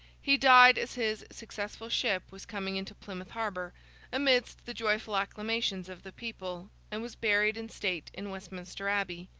he died, as his successful ship was coming into plymouth harbour amidst the joyful acclamations of the people, and was buried in state in westminster abbey.